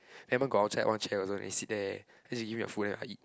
rememeber go outside one chair also can sit there then she give me the food then I eat